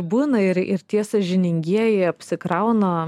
būna ir ir tie sąžiningieji apsikrauna